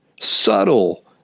Subtle